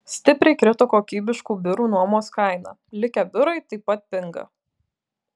stipriai krito kokybiškų biurų nuomos kaina likę biurai taip pat pinga